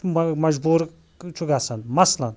مجبوٗر چھُ گَژھان مَثلاً